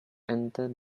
entered